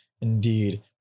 indeed